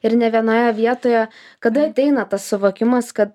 ir ne vienoje vietoje kada ateina tas suvokimas kad